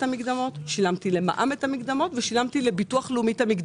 למע"מ ולביטוח לאומי.